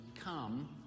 come